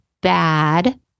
bad